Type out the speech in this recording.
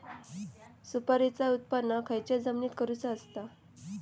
सुपारीचा उत्त्पन खयच्या जमिनीत करूचा असता?